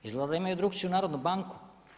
Izgleda da imaju drukčiju Narodnu banku.